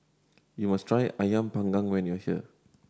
you must try Ayam Panggang when you are here